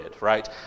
right